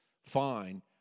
fine